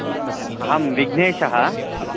हा सत्यम् अहं विघ्नेशः